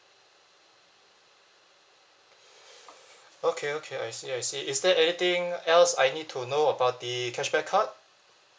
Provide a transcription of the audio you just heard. okay okay I see I see is there anything else I need to know about the cashback card